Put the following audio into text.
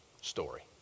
story